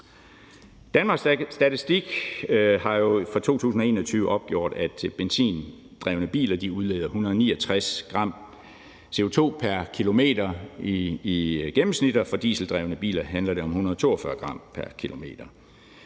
Danmarks Statistik har jo for 2021 opgjort, at benzindrevne biler udleder 169 g CO2 pr. kilometer i gennemsnit, og for dieseldrevne biler handler det om 142 g pr. kilometer.